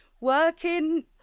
working